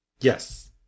Yes